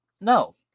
No